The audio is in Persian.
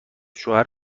شوهر